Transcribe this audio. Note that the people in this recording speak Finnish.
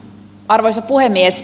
arvoisa puhemies